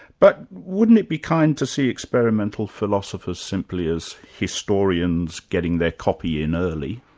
but wouldn't it be kind to see experimental philosophers simply as historians getting their copy in early?